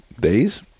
days